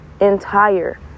entire